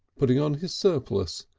putting on his surplice,